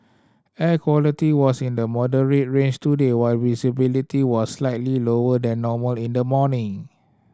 air quality was in the moderate range today while visibility was slightly lower than normal in the morning